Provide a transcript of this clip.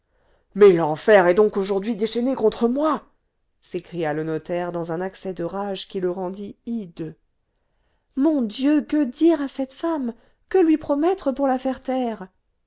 mais l'enfer est donc aujourd'hui déchaîné contre moi s'écria le notaire dans un accès de rage qui le rendit hideux mon dieu que dire à cette femme que lui promettre pour la faire taire